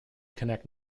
connect